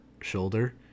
shoulder